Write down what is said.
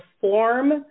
form